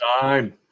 time